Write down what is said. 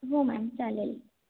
हो मॅम चालेल